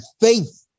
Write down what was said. faith